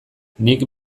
nik